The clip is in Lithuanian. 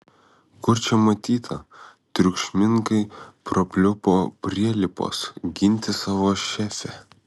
kur čia matyta triukšmingai prapliupo prielipos ginti savo šefę